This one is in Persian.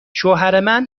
شوهرمن